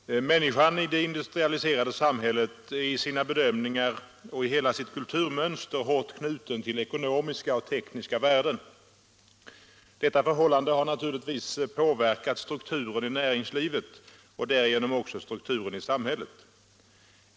Herr talman! Människan i det industrialiserade samhället är i sina bedömningar och i hela sitt kulturmönster hårt knuten till ekonomiska och tekniska värden. Detta förhållande har naturligtvis påverkat strukturen i näringslivet och därigenom också strukturen i samhället.